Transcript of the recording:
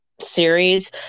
series